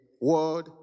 word